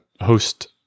host